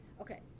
Okay